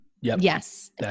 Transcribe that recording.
Yes